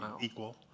equal